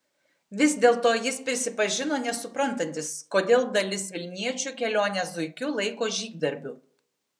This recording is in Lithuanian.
vis dėlto jis prisipažino nesuprantantis kodėl dalis vilniečių kelionę zuikiu laiko žygdarbiu